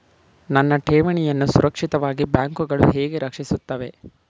ನನ್ನ ಠೇವಣಿಯನ್ನು ಸುರಕ್ಷಿತವಾಗಿ ಬ್ಯಾಂಕುಗಳು ಹೇಗೆ ರಕ್ಷಿಸುತ್ತವೆ?